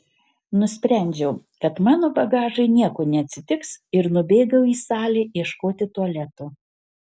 nusprendžiau kad mano bagažui nieko neatsitiks ir nubėgau į salę ieškoti tualeto